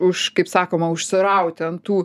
už kaip sakoma užsirauti ant tų